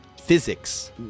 physics